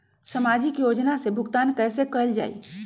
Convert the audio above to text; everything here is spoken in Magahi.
सामाजिक योजना से भुगतान कैसे कयल जाई?